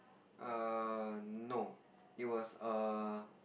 err no it was a